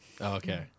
Okay